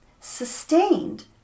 sustained